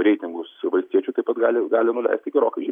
reitingus valstiečiųtaip pat gali gali nuleist gerokai